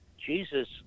Jesus